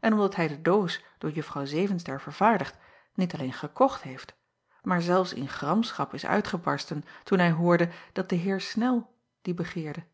en omdat hij de doos door uffrouw evenster vervaardigd niet alleen gekocht heeft maar zelfs in gramschap is uitgebarsten toen hij hoorde dat de eer nel die begeerde